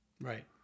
Right